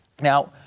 Now